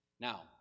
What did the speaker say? Now